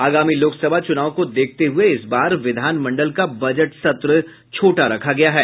आगामी लोकसभा चुनाव को देखते हुए इस बार विधानमंडल का बजट सत्र छोटा रखा गया है